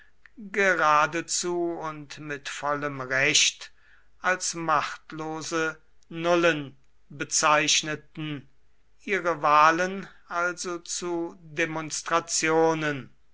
geradezu und mit vollem recht als machtlose nullen bezeichneten ihre wahlen also zu demonstrationen